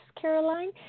Caroline